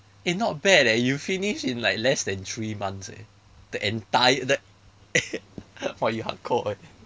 eh not bad eh you finish in like less than three months eh the entire the !wah! you hardcore eh